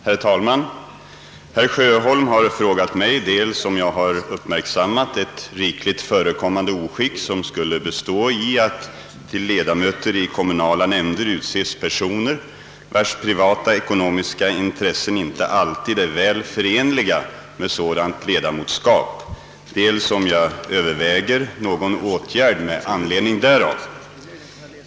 Herr talman! Herr Sjöholm har frågat mig dels om jag har uppmärksammat ett rikligt förekommande oskick som skulle bestå i att till ledamöter i kommunala nämnder utses personer vilkas privata ekonomiska intressen inte alltid är väl förenliga med sådant ledamotskap, dels om jag överväger någon åtgärd med anledning härav.